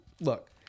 look